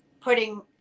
putting